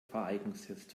fahreignungstest